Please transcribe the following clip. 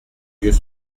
yeux